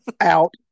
out